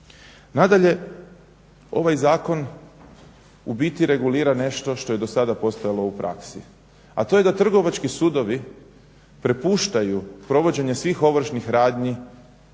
Nadalje, ovaj zakon u biti regulira nešto što je dosada postojalo u praksi. A to je da trgovački sudovi prepuštaju provođenje svih ovršnih radnji